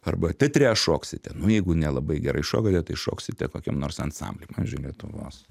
arba teatre šoksite nu jeigu nelabai gerai šokate tai šoksite kokiam nors ansambly pavyzdžiui lietuvos